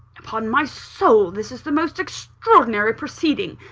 upon my soul this is the most extraordinary proceeding!